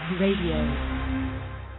Radio